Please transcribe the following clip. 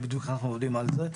בדיוק אנחנו עובדים על זה.